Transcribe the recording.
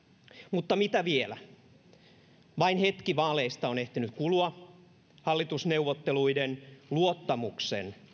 mutta mitä vielä kun vaaleista on ehtinyt kulua vain hetki niin keitä istuu hallitusneuvotteluiden luottamuksen